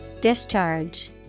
Discharge